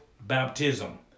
baptism